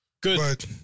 Good